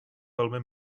velmi